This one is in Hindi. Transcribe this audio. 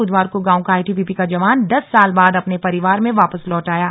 बुधवार को गांव का आईटीबीपी जवान दस साल बाद अपने परिवार में वापस लौट आया है